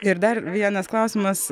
ir dar vienas klausimas